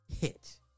hit